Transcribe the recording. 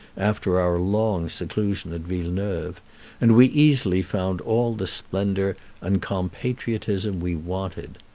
after our long seclusion at villeneuve and we easily found all the splendor and compatriotism we wanted.